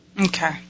Okay